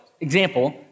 example